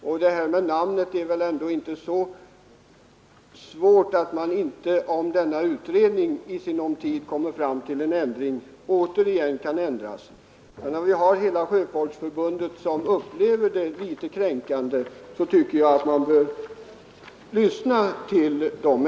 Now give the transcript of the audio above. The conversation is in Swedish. Och om utredningen i sinom tid kommer fram till att en ändring bör göras, så är väl det namn vi här diskuterar inte svårt att ändra igen, men när nu alla i Sjöfolksförbundet upplever namnet som litet kränkande tycker jag att vi bör lyssna på dem.